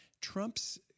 Trump's